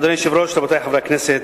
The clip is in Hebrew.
אדוני היושב-ראש, רבותי חברי הכנסת,